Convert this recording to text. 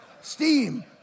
steam